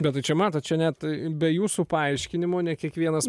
bet tai čia matot čia net be jūsų paaiškinimo ne kiekvienas